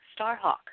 Starhawk